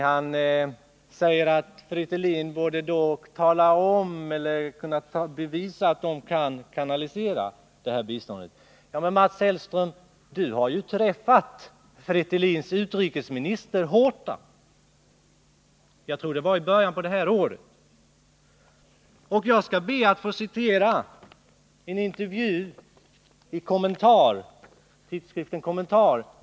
Han säger att Fretilin borde kunna bevisa att man kan kanalisera biståndet. Jamen, Mats Hellström, du har ju träffat Fretilins utrikesminister Horta — jag tror att det var i början av det här året. Jag skall be att få citera ur en intervju med honom i tidskriften Kommentar.